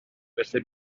felly